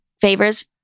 favors